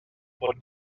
pot